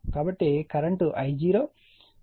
కాబట్టి current I0